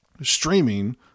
streaming